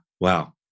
Wow